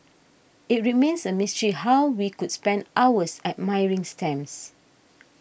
it remains a mystery how we could spend hours admiring stamps